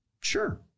Sure